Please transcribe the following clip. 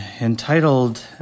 entitled